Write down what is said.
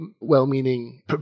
well-meaning